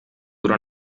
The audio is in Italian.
ora